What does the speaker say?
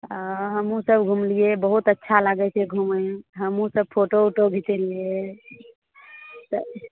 हँ हमहुँ सब घुमलियै बहुत अच्छा लागय छै घुमयमे हमहूँ सब फोटो उटो घिचेलियै तऽ